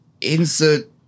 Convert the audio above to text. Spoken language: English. Insert